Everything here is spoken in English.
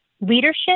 leadership